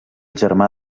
germà